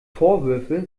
vorwürfe